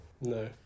no